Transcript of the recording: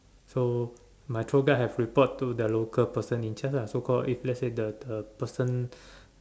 so my tour guide have report to the local person in charge lah so call if let say the the person